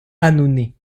annonay